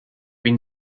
been